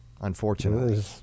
unfortunately